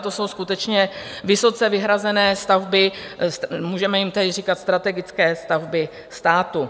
To jsou skutečně vysoce vyhrazené stavby, můžeme jim tedy říkat strategické stavby státu.